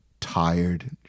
tired